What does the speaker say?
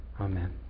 Amen